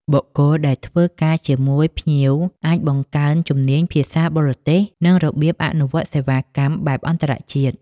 បុគ្គលដែលធ្វើការជាមួយភ្ញៀវអាចបង្កើនជំនាញភាសាបរទេស និងរបៀបអនុវត្តសេវាកម្មបែបអន្តរជាតិ។